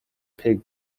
pig